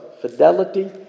fidelity